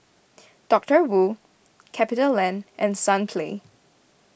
Doctor Wu CapitaLand and Sunplay